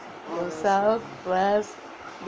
rest